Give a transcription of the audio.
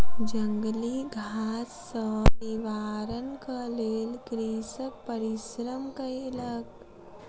जंगली घास सॅ निवारणक लेल कृषक परिश्रम केलक